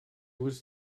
was